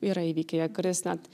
yra įvykę jie kartais net